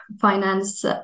finance